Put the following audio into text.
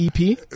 EP